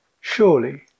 surely